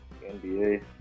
NBA